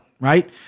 Right